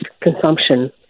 consumption